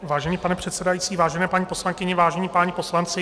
Vážený pane předsedající, vážené paní poslankyně, vážení páni poslanci.